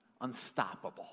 unstoppable